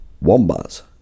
Wombats